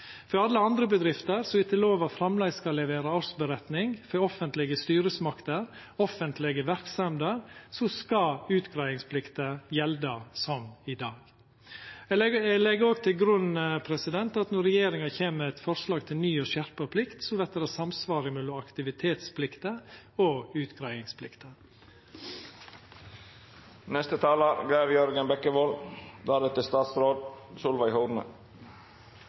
For alle andre bedrifter som etter lova framleis skal levera årsmelding til offentlege styresmakter, offentlege verksemder, skal utgreiingsplikta gjelda som i dag. Eg legg òg til grunn at når regjeringa kjem med eit forslag til ny og skjerpa plikt, vert det samsvar mellom aktivitetsplikta og